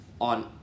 on